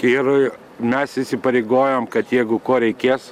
ir mes įsipareigojom kad jeigu ko reikės